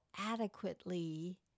adequately